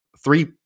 Three